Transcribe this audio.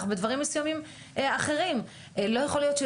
--- סליחה?